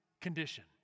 condition